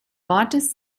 wortes